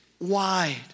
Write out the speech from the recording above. wide